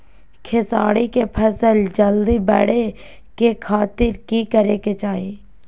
खेसारी के फसल जल्दी बड़े के खातिर की करे के चाही?